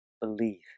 believe